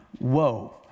Whoa